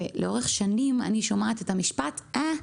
ולאורך השנים אני שומעת את המשפט אה,